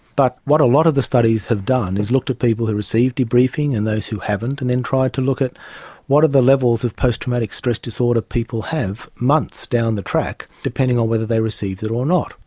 but what a lot of the studies have done is looked at people who received debriefing and those who haven't and then tried to look at what are the levels of post-traumatic stress disorder have months down the track depending on whether they received it or not.